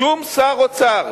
שום שר אוצר,